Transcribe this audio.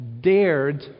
dared